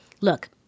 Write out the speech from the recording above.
Look